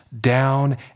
down